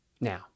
Now